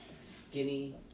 skinny